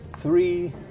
three